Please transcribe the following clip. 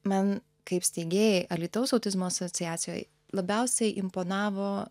man kaip steigėjai alytaus autizmo asociacijoj labiausiai imponavo